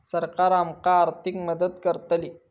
सरकार आमका आर्थिक मदत करतली?